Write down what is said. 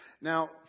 Now